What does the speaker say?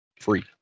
free